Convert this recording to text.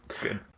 Good